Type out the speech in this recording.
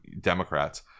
democrats